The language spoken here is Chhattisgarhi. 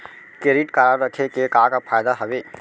क्रेडिट कारड रखे के का का फायदा हवे?